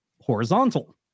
horizontal